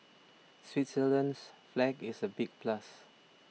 Switzerland's flag is a big plus